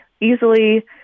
easily